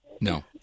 No